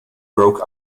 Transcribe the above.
broke